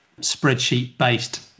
spreadsheet-based